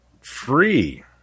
free